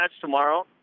tomorrow